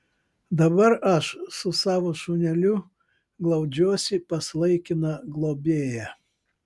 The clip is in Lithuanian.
dabar aš su savo šuneliu glaudžiuosi pas laikiną globėją